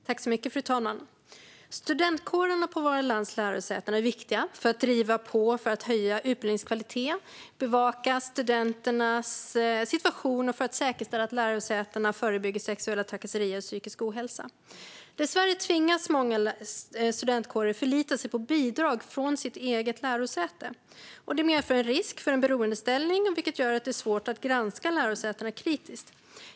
Fru talman! Studentkårerna på vårt lands lärosäten är viktiga. De driver på för att höja utbildningens kvalitet, bevaka studenternas situation och säkerställa att lärosätena förebygger sexuella trakasserier och psykisk ohälsa. Dessvärre tvingas många studentkårer förlita sig på bidrag från sitt eget lärosäte. Det medför en risk för en beroendeställning, vilket gör att det är svårt att granska lärosätena kritiskt.